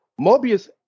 Mobius